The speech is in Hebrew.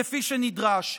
כפי שנדרש.